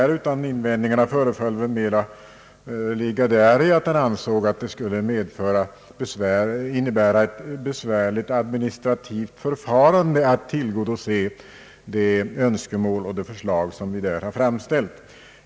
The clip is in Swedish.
Hans invändningar föreföll mig mera ligga i att han ansåg att ett tillgodoseende av våra förslag och önskemål skulle medföra ett besvärligt administrativt förfarande.